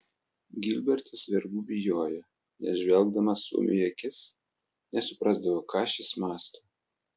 gilbertas vergų bijojo nes žvelgdamas suomiui į akis nesuprasdavo ką šis mąsto